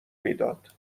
میداد